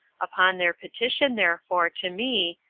upon their petition therefore to me,